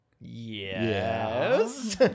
yes